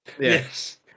Yes